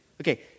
Okay